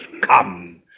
come